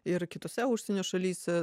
ir kitose užsienio šalyse